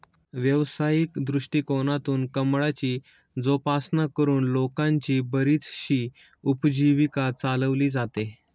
व्यावसायिक दृष्टिकोनातून कमळाची जोपासना करून लोकांची बरीचशी उपजीविका चालवली जाते